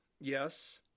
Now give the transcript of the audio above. Yes